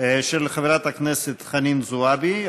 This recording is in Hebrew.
של חברת הכנסת חנין זועבי,